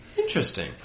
Interesting